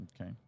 okay